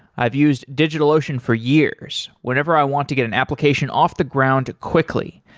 i've used digitalocean for years whenever i want to get an application off the ground quickly,